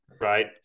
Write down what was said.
Right